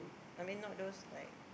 I mean not those like